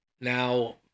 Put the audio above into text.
Now